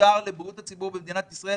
ומיותר לבריאות הציבור במדינת ישראל